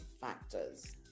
factors